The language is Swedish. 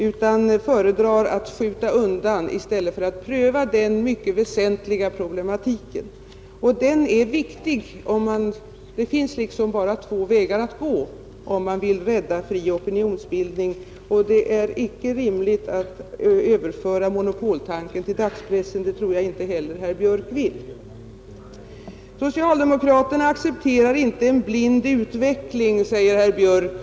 De föredrar att skjuta undan den mycket väsentliga problematiken i stället för att pröva den. Och den är viktig. Det finns bara två vägar att gå om man vill rädda pressen, och det är icke rimligt att överföra monopoltanken till dagspressen. Det tror jag inte heller herr Björk vill. Jag har visat på att man kan komplettera en fri press med fria etermedia. Socialdemokraterna accepterar inte en blind utveckling, säger herr Björk.